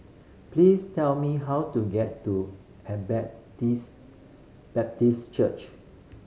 please tell me how to get to Baptist Church